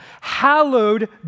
hallowed